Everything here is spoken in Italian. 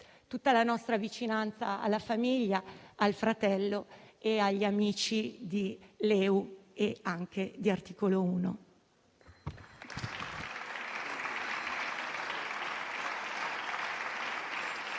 Tutta la nostra vicinanza alla famiglia, al fratello e agli amici di LeU e anche di Articolo